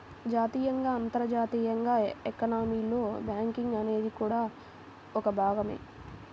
జాతీయంగా, అంతర్జాతీయంగా ఎకానమీలో బ్యాంకింగ్ అనేది కూడా ఒక భాగమే